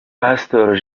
pastor